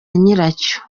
nyiracyo